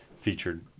featured